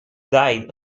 died